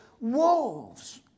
wolves